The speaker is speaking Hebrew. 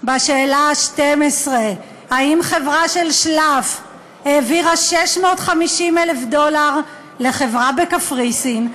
בשאלה ה-12: האם חברה של שלאף העבירה 650,000 דולר לחברה בקפריסין,